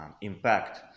impact